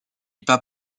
pas